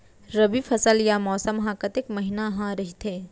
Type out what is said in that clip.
रबि फसल या मौसम हा कतेक महिना हा रहिथे?